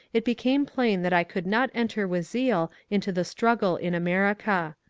it became plain that i could not enter with zeal into the struggle in america.